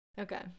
Okay